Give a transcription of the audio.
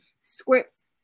scripts